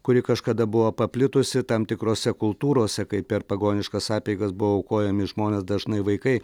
kuri kažkada buvo paplitusi tam tikrose kultūrose kaip per pagoniškas apeigas buvo aukojami žmonės dažnai vaikai